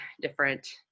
different